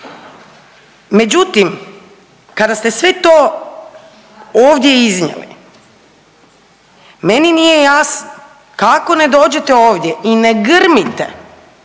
Međutim, kada ste sve to ovdje iznijeli meni nije jasno kako ne dođete ovdje i ne grmite,